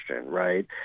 right